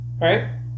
Right